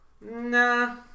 Nah